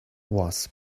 was